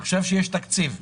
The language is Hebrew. עכשיו כשיש תקציב,